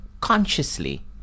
consciously